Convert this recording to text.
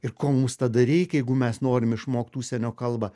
ir ko mums tada reikia jeigu mes norim išmokt užsienio kalbą